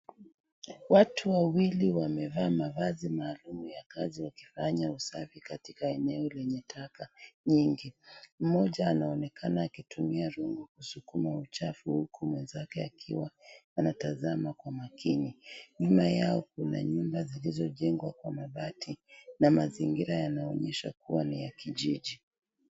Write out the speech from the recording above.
Watu wawili wamevaa mavazi maalum ya kazi ya kufanya usafi katika eneo lenye taka nyingi. Mmoja anaonekana akitumia rungu kusukuma uchafu huku mwenzake akiwa anatazama kwa makini. Nyuma yao kuna nyumba zilizojengwa kwa mabati na mazingira yanaonyesha kuwa ni ya kijiji.